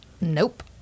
nope